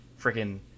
freaking